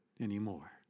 anymore